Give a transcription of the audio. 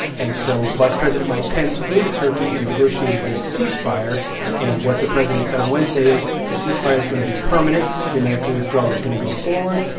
and so vice president mike pence flew to turkey and negotiated this cease-fire and what the president said on wednesday is the cease-fire is going to be permanent. the american withdrawal is going to go forward.